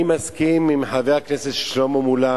אני מסכים עם חבר הכנסת שלמה מולה